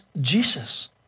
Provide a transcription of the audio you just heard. Jesus